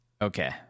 Okay